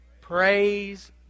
praise